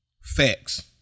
Facts